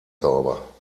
sauber